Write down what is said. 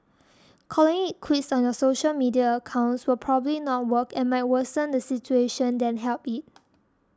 calling it quits on your social media accounts will probably not work and might worsen the situation than help it